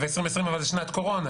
2020 אבל זה שנת קורונה,